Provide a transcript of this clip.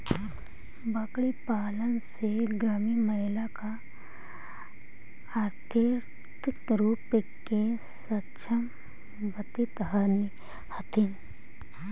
बकरीपालन से ग्रामीण महिला आर्थिक रूप से सक्षम बनित हथीन